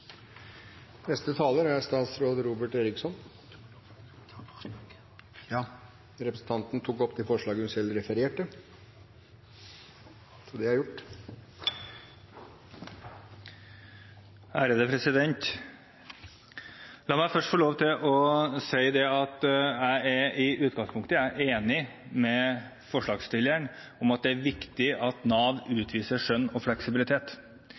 opp de forslagene hun refererte til. La meg først få lov til å si at jeg i utgangspunktet er enig med forslagstillerne i at det er viktig at Nav utviser skjønn og fleksibilitet,